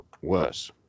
worse